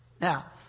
Now